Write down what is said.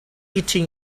eating